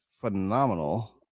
phenomenal